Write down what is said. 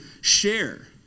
share